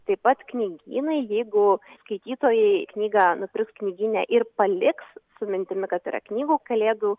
taip pat knygynai jeigu skaitytojai knygą nupirks knygyne ir paliks su mintimi kad yra knygų kalėdų